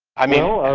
i mean.